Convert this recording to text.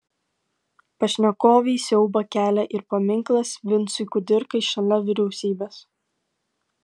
pašnekovei siaubą kelia ir paminklas vincui kudirkai šalia vyriausybės